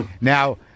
Now